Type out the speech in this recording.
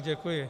Děkuji.